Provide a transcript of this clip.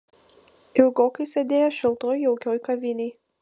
ilgokai sėdėjo šiltoj jaukioj kavinėj